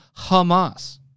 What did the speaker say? Hamas